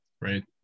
right